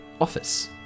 office